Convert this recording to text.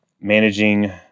managing